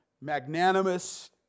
magnanimous